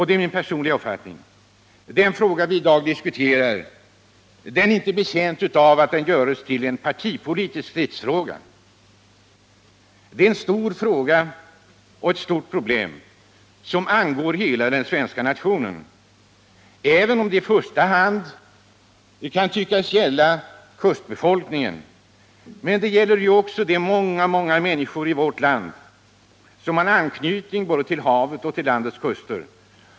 Det är min personliga uppfattning att den fråga vi i dag diskuterar inte är betjänt av att den görs till en partipolitisk stridsfråga. Det är en stor fråga och ett stort problem som angår hela den svenska nationen, även om det i första hand kan tyckas gälla kustbefolkningen. Men det gäller också de många andra människor som har anknytning till havet och landets kuster.